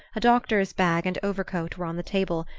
a doctor's bag and overcoat were on the table,